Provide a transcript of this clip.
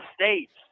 states